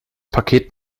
paket